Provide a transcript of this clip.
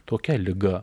tokia liga